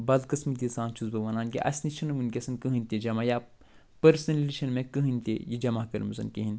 بدقٕسمتی سان چھُس بہٕ وَنان کہِ اَسہِ نِش چھُنہٕ وٕنۍکٮ۪س کٕہۭنۍ تہِ جمع یا پٔرسنٔلی چھُنہٕ مےٚ کٕہۭنۍ تہِ یہِ جمع کٔمٕژ کِہیٖنۍ